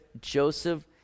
Joseph